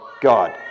God